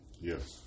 Yes